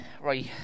right